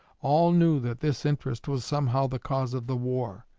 all knew that this interest was somehow the cause of the war.